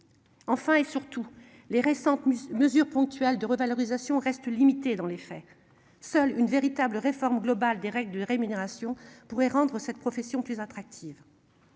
Enfin et surtout les récentes mesures ponctuelles de revalorisation reste limitée dans les faits, seule une véritable réforme globale des règles de rémunération pourrait rendre cette profession plus attractive.